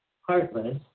heartless